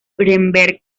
núremberg